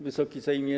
Wysoki Sejmie!